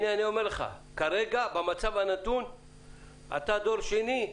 כרגע במצב הנתון אתה דור שני,